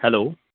hello